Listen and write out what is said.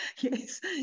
Yes